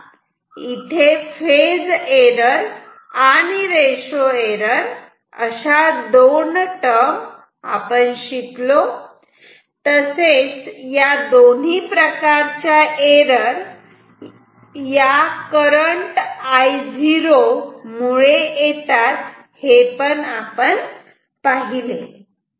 तेव्हा इथे phase error आणि रेशो एरर अशा दोन टर्म शिकलो तसेच या दोन्ही प्रकारच्या एरर ह्या करंट I0 मुळे येतात हे पण पाहिले